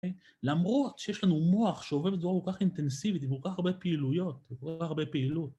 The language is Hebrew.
למרות שיש לנו מוח שעובד בצורה כל כך אינטנסיבית, עם כל כך הרבה פעילויות, כל כך הרבה פעילות